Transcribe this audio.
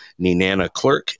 ninanaclerk